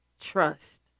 Trust